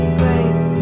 great